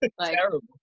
terrible